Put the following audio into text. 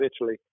Italy